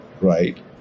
right